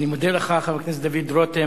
אני מודה לך, חבר הכנסת דוד רותם,